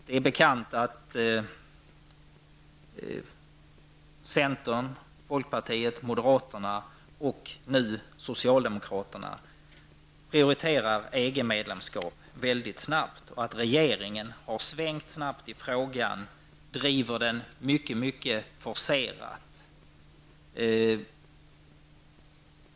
Det är bekant att centern, folkpartietm moderaterna och nu socialdemokraterna prioriterar ett EG medlemskap väldigt snabbt. Regeringen har svängt snabbt i frågan och driver den mycket forserat.